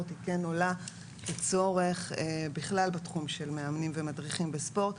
היא כן עולה כצורך בכלל בתחום של מאמנים ומדריכים בספורט,